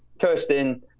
Kirsten